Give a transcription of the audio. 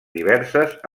diverses